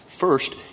First